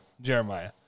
Jeremiah